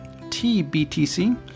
TBTC